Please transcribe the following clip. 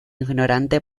ignorante